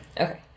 Okay